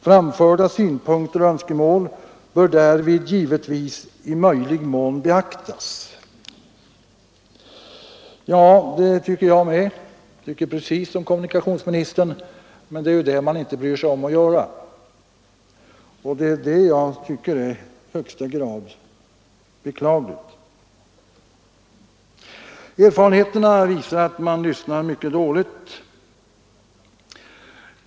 Framförda synpunkter och önskemål bör därvid givetvis i möjlig mån beaktas.” Jag tycker precis som kommunikationsministern, men från SJ:s sida bryr man sig inte om att söka sådant samråd. Det tycker jag är i högsta grad beklagligt. Erfarenheterna visar att man lyssnar mycket dåligt.